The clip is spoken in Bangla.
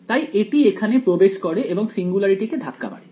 তাই এটি এখানে প্রবেশ করে এবং সিঙ্গুলারিটি কে ধাক্কা মারে